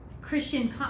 christian